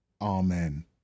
Amen